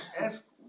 ask